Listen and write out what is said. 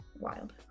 wild